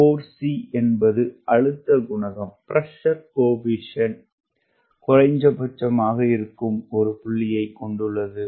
4 C என்பது அழுத்தக் குணகம் குறைந்தபட்சமாக இருக்கும் ஒரு புள்ளியைக் கொண்டுள்ளது